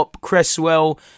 Cresswell